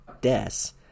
deaths